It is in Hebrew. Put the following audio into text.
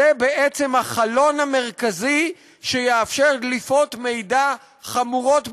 זה בעצם החלון המרכזי שיאפשר דליפות מידע חמורות ביותר,